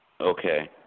Okay